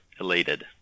elated